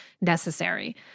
necessary